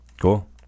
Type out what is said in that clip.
Cool